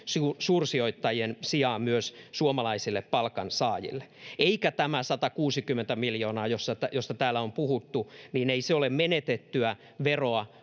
suursijoittajien sijaan myös suomalaisille palkansaajille eikä tämä satakuusikymmentä miljoonaa josta täällä on puhuttu ole menetettyä veroa